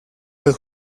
los